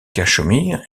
cachemire